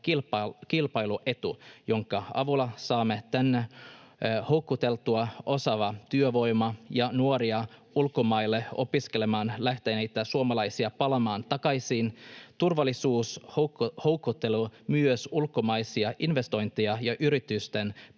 kilpailuetu, jonka avulla saamme houkuteltua tänne osaavaa työvoimaa ja saamme houkuteltua nuoria, ulkomaille opiskelemaan lähteneitä suomalaisia palaamaan tänne takaisin. Turvallisuus houkuttelee myös ulkomaisia investointeja ja yritysten